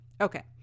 Okay